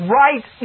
right